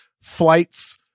flights